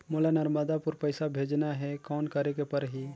मोला नर्मदापुर पइसा भेजना हैं, कौन करेके परही?